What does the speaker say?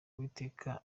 uwiteka